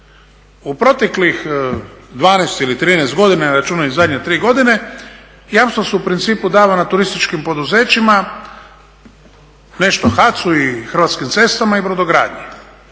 U proteklih 12 ili 13 godina ne računajući zadnje 3 godine, jamstva su u principu davana turističkim poduzećima, nešto HAC-u i Hrvatskim cestama i brodogradnji.